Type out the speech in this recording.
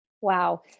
Wow